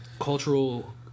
cultural